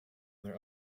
their